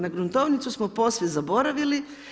Na gruntovnicu smo posve zaboravili.